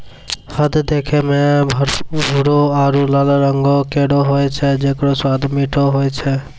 हय देखै म भूरो आरु लाल रंगों केरो होय छै जेकरो स्वाद मीठो होय छै